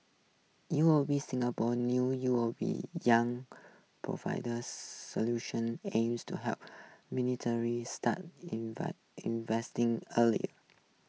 U O B Singapore's new U O B Young Solution aims to help start investing earlier